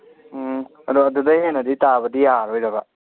ꯑꯣ ꯑꯗꯨ ꯑꯗꯨꯗꯒꯤ ꯍꯦꯟꯅꯗꯤ ꯇꯥꯕꯗꯤ ꯌꯥꯔꯔꯣꯏꯗꯕ